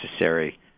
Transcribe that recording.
necessary